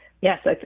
Yes